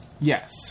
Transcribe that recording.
Yes